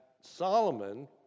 Solomon